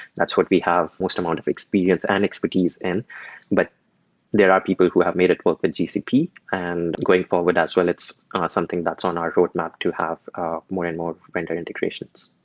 that's what we have most amount of experience and expertise. and but there are people who have made it work with gcp. and going forward as well, it's something that's on our roadmap to have more and more vendor integrations.